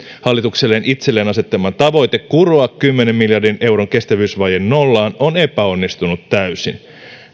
hallituksen itselleen asettama tavoite kuroa kymmenen miljardin euron kestävyysvaje nollaan on epäonnistunut täysin